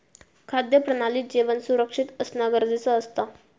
खाद्य प्रणालीत जेवण सुरक्षित असना गरजेचा असता